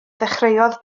ddechreuodd